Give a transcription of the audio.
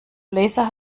blazer